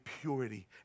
purity